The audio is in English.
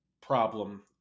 problem